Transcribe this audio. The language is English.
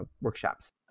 workshops